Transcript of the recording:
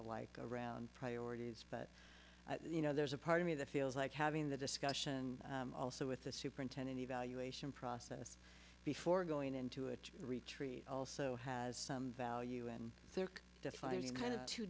the like around priorities but you know there's a part of me that feels like having the discussion also with the superintendent evaluation process before going into a retreat also has some value and they're defining kind of two